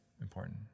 important